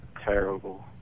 terrible